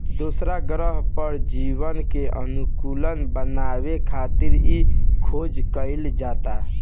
दोसरा ग्रह पर जीवन के अनुकूल बनावे खातिर इ खोज कईल जाता